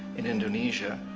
in indonesia,